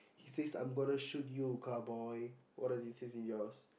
he says I'm going to shoot you cowboy what does he say in yours